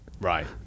Right